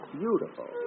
beautiful